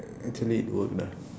actually it would lah